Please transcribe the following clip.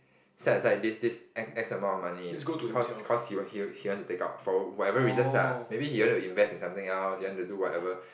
set aside this this X X amount of money cause cause he he he want to take out for whatever reason lah maybe he want to invest in something else he want to do whatever